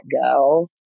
go